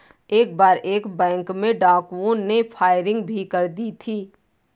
एक बार एक बैंक में डाकुओं ने फायरिंग भी कर दी थी